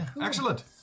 Excellent